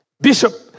Bishop